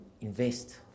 invest